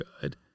good